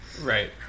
Right